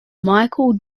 michael